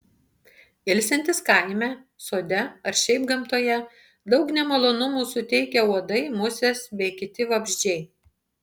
ilsintis kaime sode ar šiaip gamtoje daug nemalonumų suteikia uodai musės bei kiti vabzdžiai